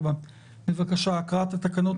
בבקשה, הקראת התקנות.